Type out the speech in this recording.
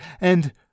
and—